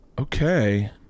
Okay